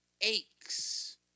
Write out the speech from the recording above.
aches